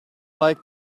like